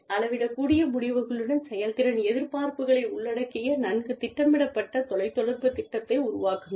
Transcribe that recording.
அளவிடக்கூடிய முடிவுகளுடன் செயல்திறன் எதிர்பார்ப்புகளை உள்ளடக்கிய நன்கு திட்டமிடப்பட்ட தொலைத் தொடர்புத் திட்டத்தை உருவாக்குங்கள்